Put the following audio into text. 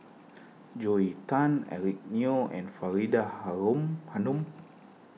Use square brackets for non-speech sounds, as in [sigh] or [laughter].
Joel Tan Eric Neo and Faridah [unintelligible] Hanum